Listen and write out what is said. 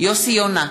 יוסי יונה,